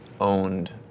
owned